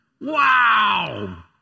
Wow